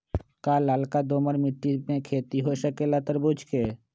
का लालका दोमर मिट्टी में खेती हो सकेला तरबूज के?